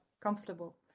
comfortable